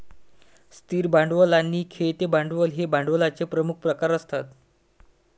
स्थिर भांडवल आणि खेळते भांडवल हे भांडवलाचे प्रमुख प्रकार आहेत